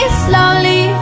slowly